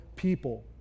people